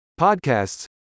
podcasts